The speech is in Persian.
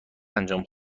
انجام